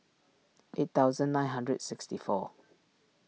eight thousand nine hundred sixty four